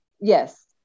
Yes